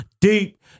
deep